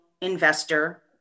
investor